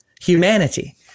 humanity